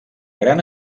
gran